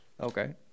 Okay